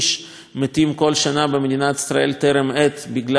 כל שנה במדינת ישראל בטרם עת בגלל זיהום האוויר,